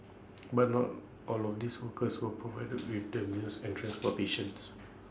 but not all of these workers were provided with the meals and transportations